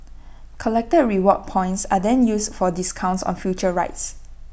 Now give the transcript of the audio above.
collected reward points are then used for discounts on future rides